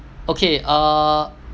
okay err